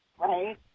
right